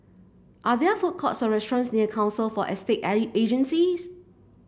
are there food courts or restaurants near Council for Estate Agencies